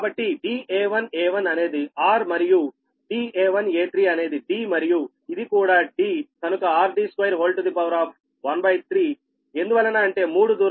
కాబట్టి da1a1 అనేది r మరియు da1a3 అనేది d మరియు ఇది కూడా d కనుక 13 ఎందువలన అంటే మూడు దూరాలు కాబట్టి